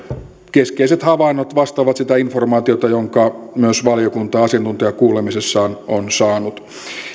keskeiset havainnot vastaavat sitä informaatiota jonka myös valiokunta asiantuntijakuulemisessaan on saanut